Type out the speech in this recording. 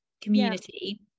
community